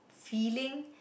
feeling